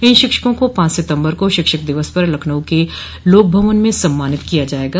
इन शिक्षकों को पांच सितम्बर को शिक्षक दिवस पर लखनऊ के लोकभवन में सम्मानित किया जायेगा